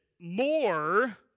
more